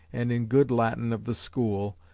and in good latin of the school,